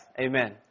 Amen